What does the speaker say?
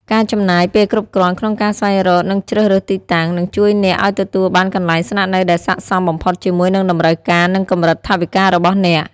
ការចំណាយពេលគ្រប់គ្រាន់ក្នុងការស្វែងរកនិងជ្រើសរើសទីតាំង នឹងជួយអ្នកឱ្យទទួលបានកន្លែងស្នាក់នៅដែលស័ក្តិសមបំផុតជាមួយនឹងតម្រូវការនិងកម្រិតថវិការបស់អ្នក។